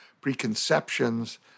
preconceptions